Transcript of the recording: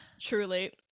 Truly